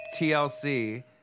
TLC